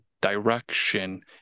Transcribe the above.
direction